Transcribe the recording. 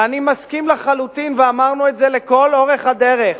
ואני מסכים לחלוטין ואמרנו את זה לכל אורך הדרך,